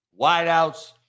wideouts